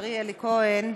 חברי אלי כהן,